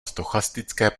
stochastické